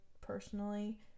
personally